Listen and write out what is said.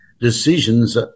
decisions